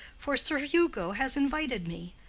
for sir hugo has invited me,